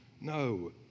No